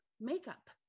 makeup